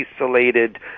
isolated